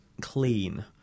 clean